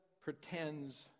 pretends